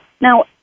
Now